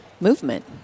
movement